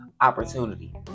opportunity